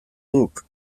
duk